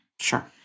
Sure